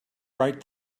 right